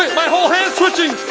my whole hand's twitching!